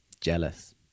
jealous